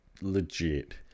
legit